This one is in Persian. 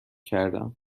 کردم